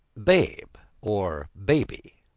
babe or baby,